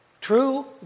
true